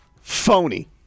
phony